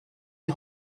die